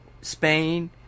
Spain